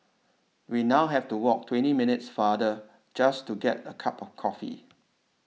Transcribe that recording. we now have to walk twenty minutes farther just to get a cup of coffee